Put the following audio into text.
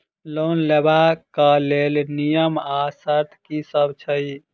Loan लेबऽ कऽ लेल नियम आ शर्त की सब छई?